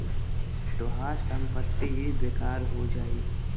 तोहार संपत्ति बेकार हो जाई